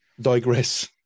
digress